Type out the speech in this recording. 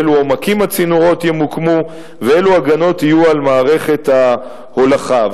באילו עומקים הצינורות ימוקמו ואילו הגנות יהיו על מערכת ההולכה.